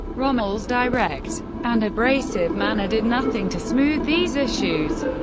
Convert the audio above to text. rommel's direct and abrasive manner did nothing to smooth these issues.